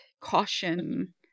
caution